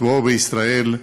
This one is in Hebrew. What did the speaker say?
שמו בישראל,